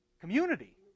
community